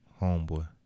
Homeboy